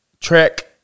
track